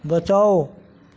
बचाउ